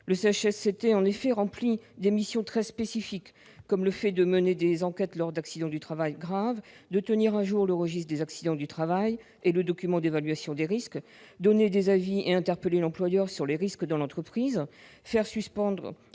Le CHSCT rempli en effet des missions très spécifiques. Il mène les enquêtes lors d'accidents du travail graves, il tient à jour le registre des accidents du travail et le document d'évaluation des risques, il donne des avis et interpelle l'employeur sur les risques dans l'entreprise, il peut faire suspendre